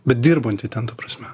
bet dirbantį ten ta prasme